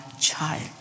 child